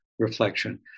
Reflection